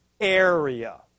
area